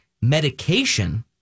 medication